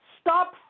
Stop